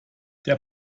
der